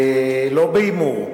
לא בהימור,